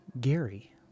Gary